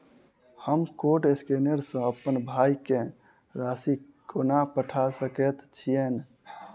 हम code scanner सँ अप्पन भाय केँ राशि कोना पठा सकैत छियैन?